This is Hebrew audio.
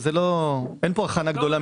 אין פה הכנה גדולה.